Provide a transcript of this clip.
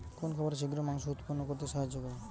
কোন খাবারে শিঘ্র মাংস উৎপন্ন করতে সাহায্য করে?